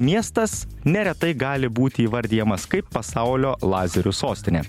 miestas neretai gali būti įvardijamas kaip pasaulio lazerių sostinė